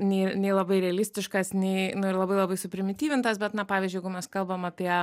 nei nei labai realistiškas nei nu ir labai labai suprimityvintas bet na pavyzdžiui jeigu mes kalbam apie